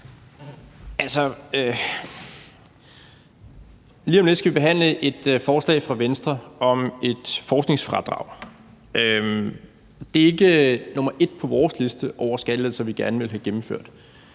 lige om lidt behandle et forslag fra Venstre om et forskningsfradrag. Det er ikke nummer et på vores liste over skattelettelser, som vi gerne vil have gennemført.